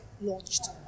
launched